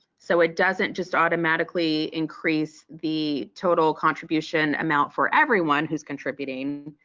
so it doesn't just automatically increase the total contribution amount for everyone who's contributing.